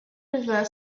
river